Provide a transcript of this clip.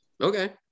Okay